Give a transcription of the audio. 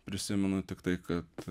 prisimenu tiktai kad